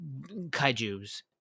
kaijus